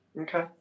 Okay